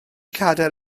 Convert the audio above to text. cadair